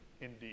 Indeed